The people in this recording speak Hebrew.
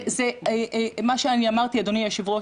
אדוני היושב-ראש,